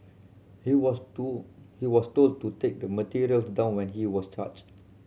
he was to he was told to take the materials down when he was charged